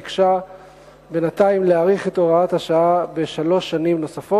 וביקשה בינתיים להאריך את הוראת השעה בשלוש שנים נוספות,